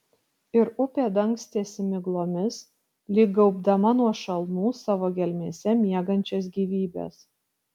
ir upė dangstėsi miglomis lyg gaubdama nuo šalnų savo gelmėse miegančias gyvybes